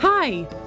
Hi